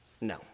No